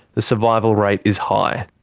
the survival rate is high.